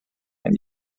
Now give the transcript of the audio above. and